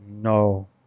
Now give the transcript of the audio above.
no